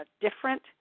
different